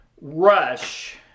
rush